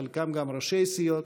חלקם גם ראשי סיעות,